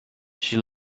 she